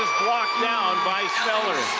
block down by sneller.